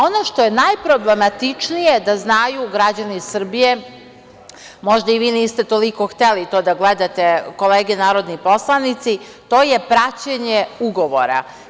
Ono što je najproblematičnije da znaju građani Srbije, možda ni vi niste toliko hteli to da gledate, kolege narodni poslanici, to je praćenje ugovora.